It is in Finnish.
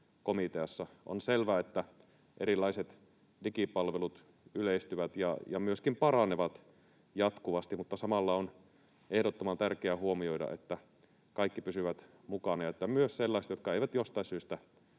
On selvää, että erilaiset digipalvelut yleistyvät ja myöskin paranevat jatkuvasti, mutta samalla on ehdottoman tärkeä huomioida, että kaikki pysyvät mukana ja että myös sellaiset, jotka eivät jostain syystä